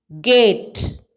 Gate